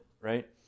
right